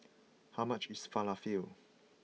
how much is Falafel